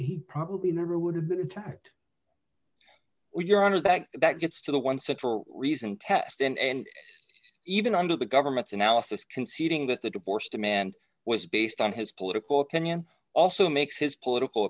he probably never would have been attacked your honor that that gets to the one central reason test and even under the government's analysis conceding that the divorce demand was based on his political opinion also makes his political